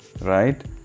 right